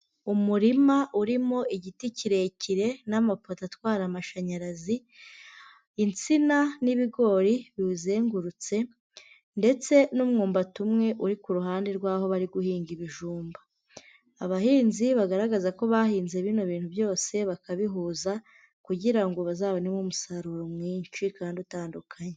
Umurima urimo igiti kirekire n'amapoto atwara amashanyarazi, insina n'ibigori biwuzengurutse, ndetse n'umwubati umwe uri ku ruhande rw'aho bari guhinga ibijumba. Abahinzi bagaragaza ko bahinze bino bintu byose bakabihuza, kugira ngo bazabonemo umusaruro mwinshi, kandi utandukanye.